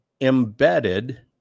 embedded